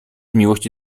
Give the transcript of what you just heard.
miłości